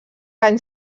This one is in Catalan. anys